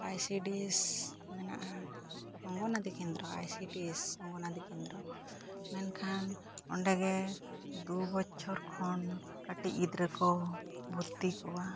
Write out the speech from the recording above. ᱟᱭ C D S ᱢᱮᱱᱟᱜᱼᱟ ᱚᱝᱜᱚᱱᱣᱟᱲᱤ ᱠᱮᱱᱫᱨᱚ I C D S anganwadi ᱠᱮᱱᱫᱨᱚ ᱢᱮᱱᱠᱷᱟᱱ ᱚᱸᱰᱮ ᱜᱮ ᱫᱩ ᱵᱚᱪᱷᱚᱨ ᱠᱷᱚᱱ ᱠᱟᱹᱴᱤᱡ ᱜᱤᱫᱽᱨᱟᱹ ᱠᱚ ᱵᱷᱩᱨᱛᱤ ᱠᱚᱣᱟ